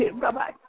Bye-bye